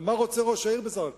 מה רוצה ראש העיר בסך הכול?